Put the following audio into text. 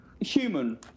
human